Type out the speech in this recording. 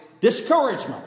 discouragement